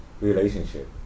relationship